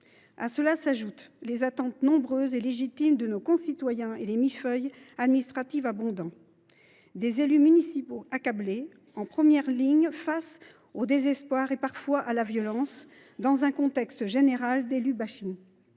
À cela s’ajoutent les attentes nombreuses et légitimes de nos concitoyens et la complexité du millefeuille administratif. Les élus municipaux sont accablés, en première ligne face au désespoir et parfois à la violence, dans un contexte général d’« élu bashing ».